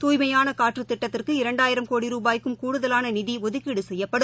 துய்மையான காற்று திட்டத்திற்கு இரண்டாயிரம் கோடி ருபாய்க்கும் கூடுதலான நிதி ஒதுக்கீடு செய்யப்படும்